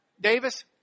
Davis